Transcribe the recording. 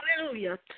Hallelujah